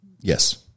Yes